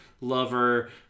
lover